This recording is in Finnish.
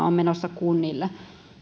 on menossa kunnille